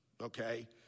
okay